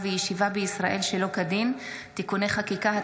וישיבה בישראל שלא כדין (תיקוני חקיקה),